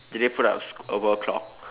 did they put up a world clock